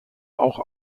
auch